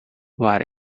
what